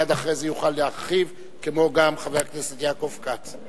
מייד אחרי זה יוכל להרחיב, וגם חבר הכנסת יעקב כץ.